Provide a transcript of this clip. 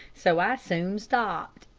so i soon stopped.